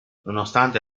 nonostante